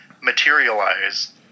materialize